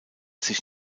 sich